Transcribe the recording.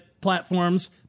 platforms